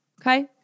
Okay